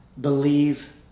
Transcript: believe